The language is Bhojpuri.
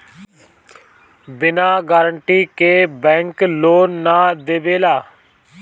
बिना गारंटी के बैंक लोन ना देवेला